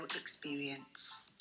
Experience